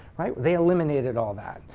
they eliminated all that.